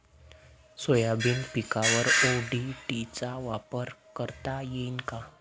Soybean पिकावर ODT चा वापर करता येईन का?